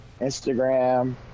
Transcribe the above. Instagram